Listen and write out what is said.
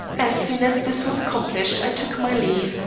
as soon as this was accomplished i took my leave,